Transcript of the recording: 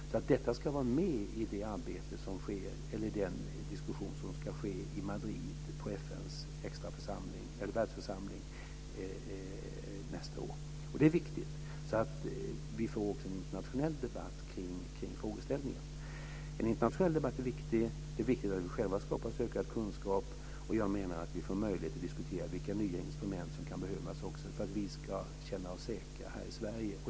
Det ska alltså vara med i det här arbetet, i den diskussion som ska ske i Madrid på FN:s världsförsamling nästa år. Det är viktigt. Då får vi också en internationell debatt kring frågeställningen. En internationell debatt är viktig. Det är också viktigt att vi själva skapar ökad kunskap. Jag menar att vi också bör få möjlighet att diskutera vilka nya instrument som kan behövas för att vi ska känna oss säkra här i Sverige.